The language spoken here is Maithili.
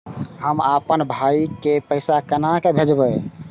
हम आपन भाई के पैसा केना भेजबे?